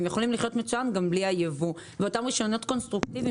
הם יכולים לחיות מצוין גם בלי הייבוא ואותם רישיונות קונסטרוקטיביים